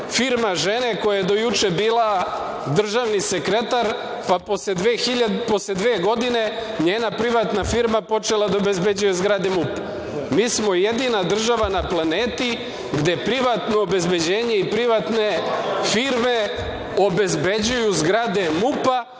firma žene koja je do juče bila državni sekretar pa posle dve godine njena privatna firma počela da obezbeđuje zgrade MUP-a? Mi smo jedina država na planeti gde privatno obezbeđenje i privatne firme obezbeđuju zgrade MUP-a